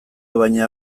baina